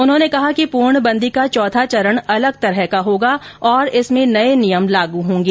उन्होंने कहा कि पूर्णबंदी का चौथा चरण अलग प्रकार का होगा और इसमें नये नियम लागू होंगे